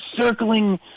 circling